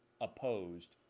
opposed